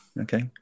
okay